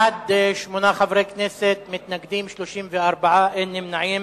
בעד, שמונה חברי כנסת, מתנגדים, 34, אין נמנעים.